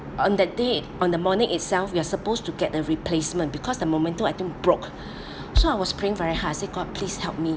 on that day on the morning itself we're supposed to get a replacement because the momento I think broke so I was praying very hard I say god please help me